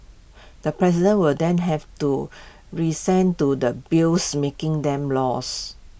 the president will then have to resent to the bills making them laws